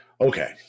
Okay